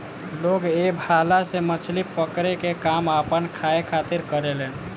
लोग ए भाला से मछली पकड़े के काम आपना खाए खातिर करेलेन